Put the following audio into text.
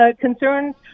concerns